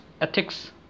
ethics